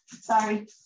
sorry